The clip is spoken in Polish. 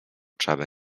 trzeba